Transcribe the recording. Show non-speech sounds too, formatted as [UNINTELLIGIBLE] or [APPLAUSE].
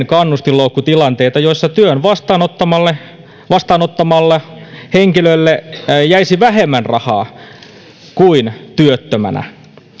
[UNINTELLIGIBLE] kannustinloukkutilanteita joissa työn vastaanottamalla vastaanottamalla henkilölle jäisi vähemmän rahaa kuin työttömänä